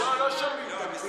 היושב-ראש,